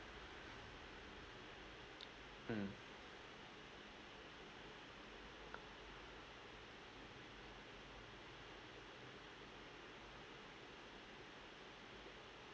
mm